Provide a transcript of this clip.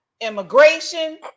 immigration